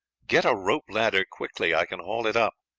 get a rope ladder quickly, i can haul it up.